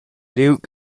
liug